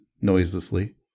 Noiselessly